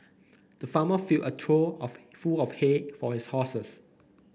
the farmer filled a trough of full of hay for his horses